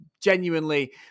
genuinely